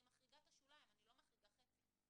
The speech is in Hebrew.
אני מחריגה את השוליים, אני לא מחריגה חצי.